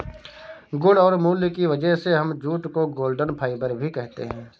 गुण और मूल्य की वजह से हम जूट को गोल्डन फाइबर भी कहते है